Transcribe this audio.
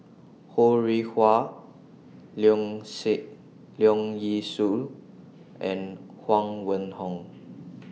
Ho Rih Hwa Leong See Leong Yee Soo and Huang Wenhong